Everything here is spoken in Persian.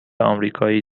آمریکایی